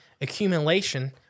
accumulation